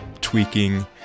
tweaking